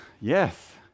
yes